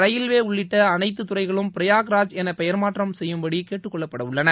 railway உள்ளிட்ட அனைத்து துறைகளும் பிரையாக் ராஜ் என பெயர்மாற்றம் செய்யும்படி கேட்டுக்கொள்ளப்படவுள்ளன